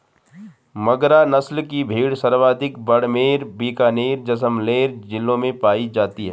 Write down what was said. मगरा नस्ल की भेड़ सर्वाधिक बाड़मेर, बीकानेर, जैसलमेर जिलों में पाई जाती है